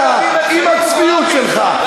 אתה, עם הצביעות שלך.